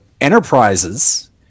enterprises